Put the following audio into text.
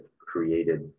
created